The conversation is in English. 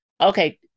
okay